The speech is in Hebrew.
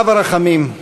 אב הרחמים,